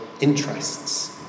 interests